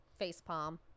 Facepalm